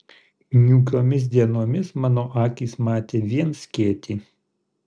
niūkiomis dienomis mano akys matė vien skėtį